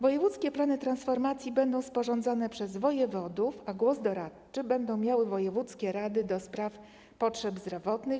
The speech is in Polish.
Wojewódzkie plany transformacji będą sporządzane przez wojewodów, a głos doradczy będą miały wojewódzkie rady do spraw potrzeb zdrowotnych.